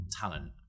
talent